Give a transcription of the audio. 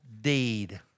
deed